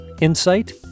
Insight